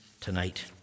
tonight